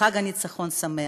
חג ניצחון שמח.